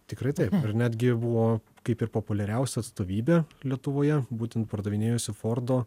tikrai taip netgi buvo kaip ir populiariausia atstovybė lietuvoje būtent pardavinėjusi fordo